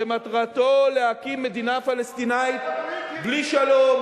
שמטרתו להקים מדינה פלסטינית בלי שלום,